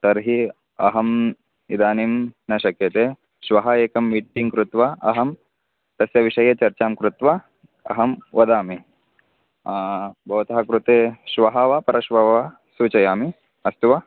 तर्हि अहम् इदानीं न शक्यते श्वः एकं मीटिङ्ग् कृत्वा अहं तस्य विषये चर्चां कृत्वा अहं वदामि भवतः कृते श्वः वा परश्वः वा सूचयामि अस्तु वा